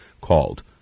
called